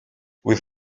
with